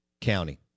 County